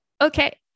okay